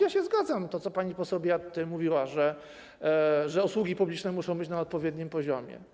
Ja się zgadzam z tym, co pani poseł Biejat tutaj mówiła, że usługi publiczne muszą być na odpowiednim poziomie.